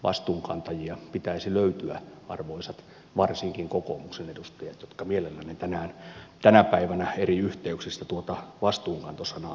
vastuunkantajia pitäisi löytyä arvoisat varsinkin kokoomuksen edustajat jotka mielellänne tänä päivänä eri yhteyksissä tuota vastuunkanto sanaa käytätte